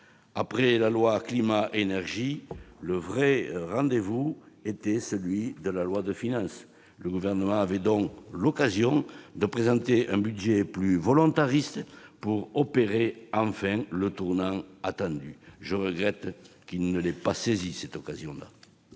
de la loi Climat-énergie, le véritable rendez-vous était celui du projet de loi de finances. Le Gouvernement avait l'occasion de présenter un budget plus volontariste pour opérer enfin le tournant attendu ; je regrette qu'il ne l'ait pas saisie. La parole